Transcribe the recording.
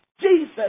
Jesus